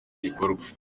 gikorwa